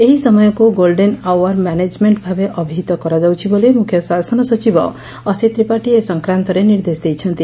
ଏହି ସମୟକୁ golden hour management ଭାବେ ଅଭିହିତ କରାଯାଉଛି ବୋଲି ମୁଖ୍ୟ ଶାସନ ସଚିବ ଅସିତ୍ ତ୍ରିପାଠୀ ଏ ସଂକ୍ରାନ୍ତରେ ନିର୍ଦ୍ଦେଶ ଦେଇଛନ୍ତି